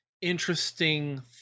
interesting